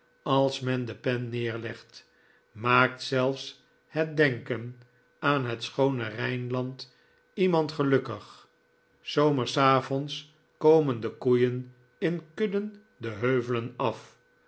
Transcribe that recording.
als men de pen neerlegt maakt zelfs het denken aan het schoone rijnland iemand gelukkig s zomersavonds komen de koeien in kudden de heuvelen af